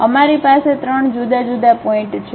અમારી પાસે 3 જુદા જુદા પોઇન્ટ છે